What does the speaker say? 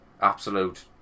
absolute